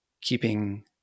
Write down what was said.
keeping